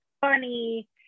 funny